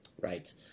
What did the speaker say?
Right